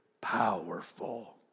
powerful